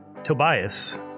Tobias